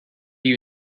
you